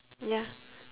ya